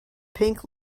pink